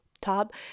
top